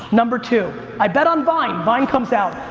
number two, i bet on vine. vine comes out.